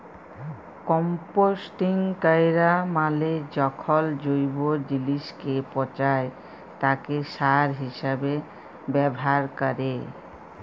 composting ক্যরা মালে যখল জৈব জিলিসকে পঁচায় তাকে সার হিসাবে ব্যাভার ক্যরে